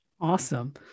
Awesome